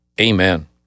amen